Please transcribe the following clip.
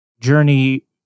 journey